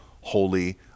holy